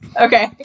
Okay